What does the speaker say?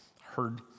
heard